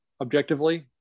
objectively